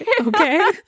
Okay